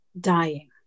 dying